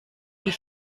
wie